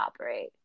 operate